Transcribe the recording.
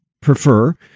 prefer